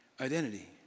identity